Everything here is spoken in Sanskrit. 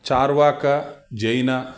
चार्वाकः जैनः